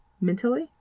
mentally